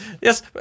yes